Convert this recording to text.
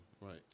right